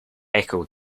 echoed